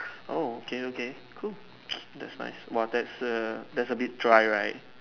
oh okay okay cool that's nice !wah! that's a that's a bit dry right